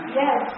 yes